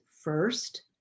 first